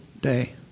day